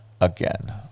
again